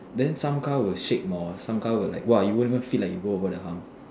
then some car will shake more some car will like !wah! you won't even feel like you go over the hump